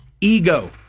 ego